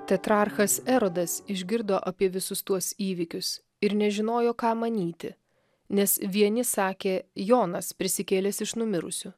tetrarchas erodas išgirdo apie visus tuos įvykius ir nežinojo ką manyti nes vieni sakė jonas prisikėlęs iš numirusių